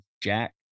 jack